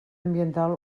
ambiental